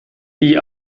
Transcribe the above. die